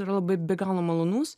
yra labai be galo malonus